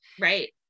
Right